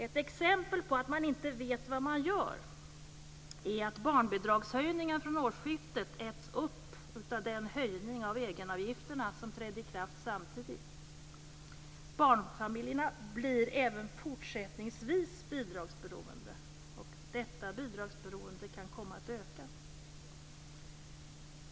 Ett exempel på att man inte vet vad man gör är att barnbidragshöjningen från årsskiftet äts upp av den höjning av egenavgifterna som trädde i kraft samtidigt. Barnfamiljerna blir även fortsättningsvis bidragsberoende. Detta bidragsberoende kan komma att öka.